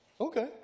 Okay